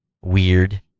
weird